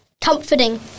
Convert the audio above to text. Comforting